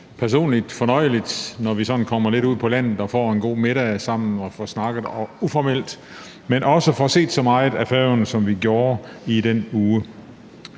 personligt fornøjeligt, når vi sådan kommer lidt ud på landet og får en god middag sammen og får snakket uformelt, men også får set så meget af Færøerne, som vi gjorde i den uge.